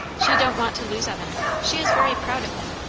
she don't want to lose evan. she is very proud of him.